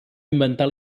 inventar